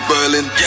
Berlin